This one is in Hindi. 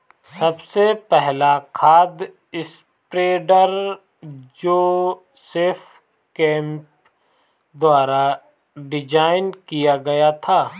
सबसे पहला खाद स्प्रेडर जोसेफ केम्प द्वारा डिजाइन किया गया था